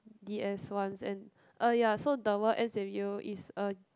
D_S once and er ya so the World Ends with You is a